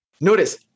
Notice